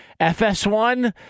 FS1